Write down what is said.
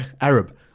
Arab